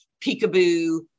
peekaboo